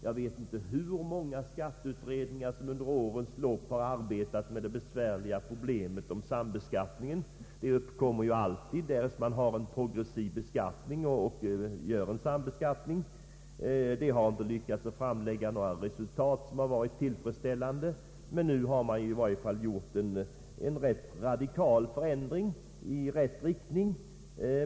Jag vet inte hur många skatteutredningar som under årens lopp arbetat med det besvärliga problemet om sambeskattningen. Detta problem uppkommer ju alltid om man har en progressiv beskattning och då skall utforma en sambeskattning. Några tillfredsställande resultat har tidigare inte kunnat presenteras, men nu har man gjort en radikal förändring i rätt riktning.